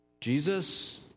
Jesus